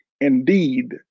Indeed